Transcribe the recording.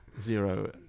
zero